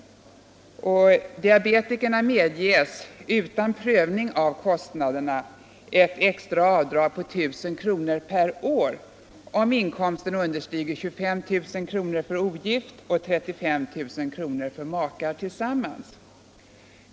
Diabetikerna medges utan prövning av kostnaderna ett extra avdrag på 1000 kr. per år om inkomsten understiger 25 000 kr. för ogift och 35 000 kr. för makar tillsammans.